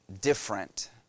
different